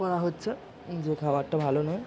করা হচ্ছে যে খাবারটা ভালো নয়